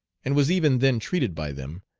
and was even then treated by them,